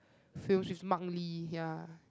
films with Mark-Lee ya